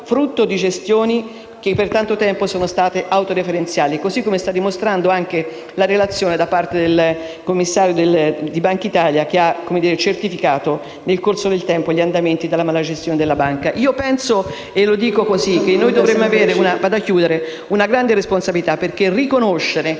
frutto di gestioni che per tanto tempo sono state autoreferenziali, così come sta dimostrando anche la relazione del commissario di Bankitalia che ha certificato nel corso del tempo gli andamenti della malagestione della banca. Penso che noi dovremmo avere una grande responsabilità, perché riconoscere